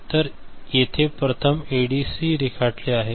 तर येथे प्रथम एडीसी रेखाटले आहे